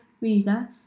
reader